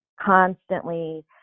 constantly